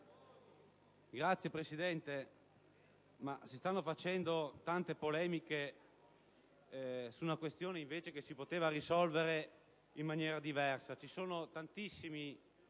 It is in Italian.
Signor Presidente, si stanno facendo tante polemiche su una questione che si poteva invece risolvere in maniera diversa.